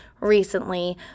recently